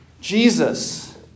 Jesus